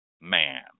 man